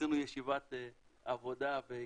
עשינו ישיבת עבודה והיכרות,